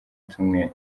tumwe